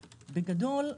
בגדול,